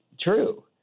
true